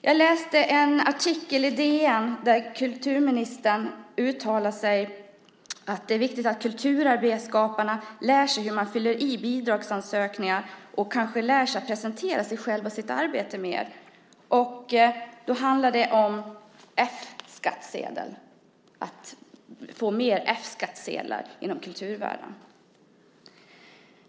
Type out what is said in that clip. Jag läste en artikel i DN där kulturministern uttalar att det är viktigt att kulturskaparna lär sig hur man fyller i bidragsansökningar och att de kanske lär sig att presentera sig själva och sitt arbete mer. Och då handlar det om F-skattsedel, att få mer F-skattsedlar inom kulturvärlden.